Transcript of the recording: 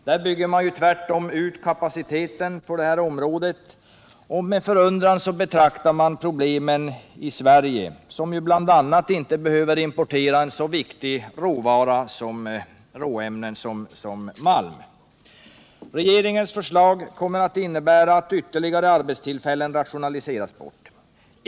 Där bygger man tvärtom ut kapaciteten på det här området, och med förundran betraktar man problemen i Sverige, som bl.a. inte behöver importera en så viktig råvara som malm. Regeringens förslag kommer att innebära att ytterligare arbetstillfällen rationaliseras bort.